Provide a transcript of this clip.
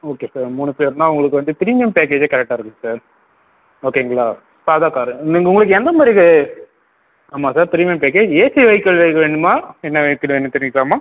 okay sir மூணு பேருன்னா உங்களுக்கு வந்து ப்ரீமியம் பேக்கேஜே கரெக்டாக இருக்கும் சார் ஓகேங்களா சாத காரு உங்களுக்கு எந்த மாதிரி இது ஆமாம் sir premium package AC vehicle வேணுமா என்ன வெஹிக்கள் வேணும் தெரிஞ்சிக்கலாமா